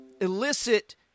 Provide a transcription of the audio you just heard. elicit